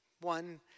One